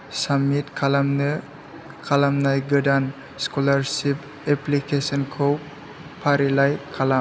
submit खालामनाय गोदान scholarship एप्लिकेसनखौ फारिलाइ खालाम